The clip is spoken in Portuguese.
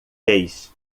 fez